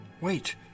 Wait